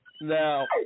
Now